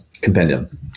Compendium